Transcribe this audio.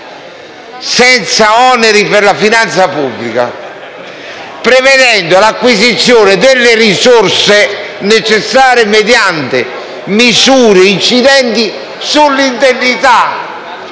senza oneri per la finanza pubblica, prevedendo l'acquisizione delle risorse necessarie mediante misure incidenti sull'indennità.